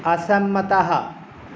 असम्मतः